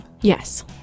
Yes